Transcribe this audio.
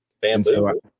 Bamboo